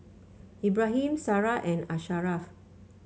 Ibrahim Sarah and Asharaff